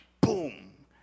Boom